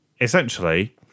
essentially